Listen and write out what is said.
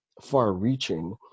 far-reaching